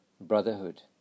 brotherhood